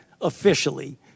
officially